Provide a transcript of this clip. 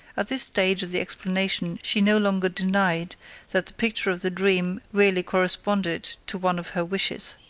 at this stage of the explanation she no longer denied that the picture of the dream really corresponded to one of her wishes.